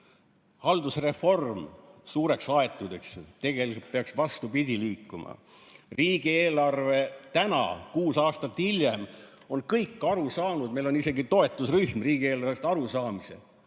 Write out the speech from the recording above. Haldusreform on suureks aetud, tegelikult peaks vastupidi liikuma. Riigieelarve. Täna, kuus aastat hiljem on kõik aru saanud, meil on isegi toetusrühm riigieelarvest arusaamiseks.